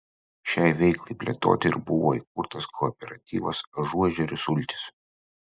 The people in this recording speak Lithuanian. šiai veiklai plėtoti ir buvo įkurtas kooperatyvas ažuožerių sultys